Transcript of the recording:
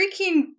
freaking